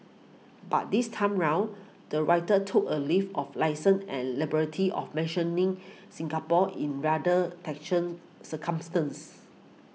but this time round the writer took a leave of licence and liberty of mentioning Singapore in rather circumstances